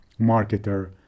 marketer